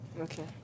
Okay